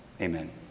Amen